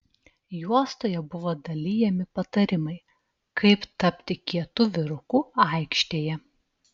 juostoje buvo dalijami patarimai kaip tapti kietu vyruku aikštėje